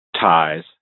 ties